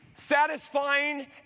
Satisfying